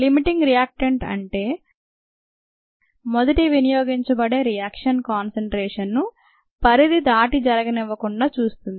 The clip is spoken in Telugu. లిమిటింగ్ రియాక్టెంట్ అంటే మొదటి వినియోగించబడేరియాక్షన్ కాన్సన్ట్రేషన్ ను పరిధి దాటి జరగనివ్వకుండా చూస్తుంది